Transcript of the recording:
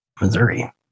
Missouri